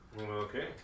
Okay